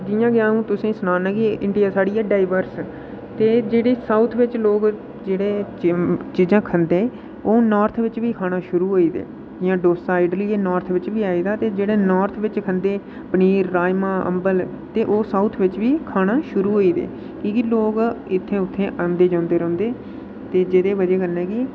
जि'यां केह् अ'ऊं सनाना केह् इंडिया साढी डाइवर्स ऐ ते जेह्ड़े साऊथ बिच लोक जेह्ड़े चीजां खंदे ओह् नार्थ बिच बी खाना शुरू होई दे जि'यां डोसा इडली ऐ एह् नार्थ बिच बी आई एह्दे जेह्ड़ा नार्थ बिच खंदे पनीर राजमां अम्बल ते ओह् साऊथ बिच बी खाना शुरू होई एह्दे कि कि लोक इत्थै उत्थै औंंह्दे जंदे रौंह्दे ते जेह्दी बजह् कन्नै कि